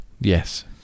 Yes